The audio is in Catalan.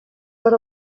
per